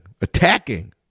attacking